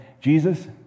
Jesus